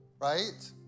right